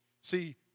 See